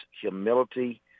humility